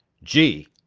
gee!